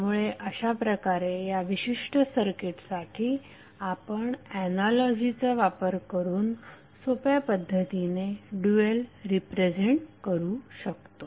त्यामुळे अशाप्रकारे या विशिष्ट सर्किटसाठी आपण एनालॉजीचा वापर करून सोप्या पद्धतीने ड्यूएल रिप्रेझेंट करू शकतो